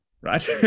right